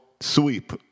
sweep